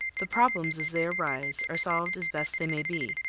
the problems as they arise are solved as best they may be,